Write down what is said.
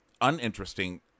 uninteresting